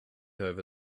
over